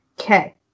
okay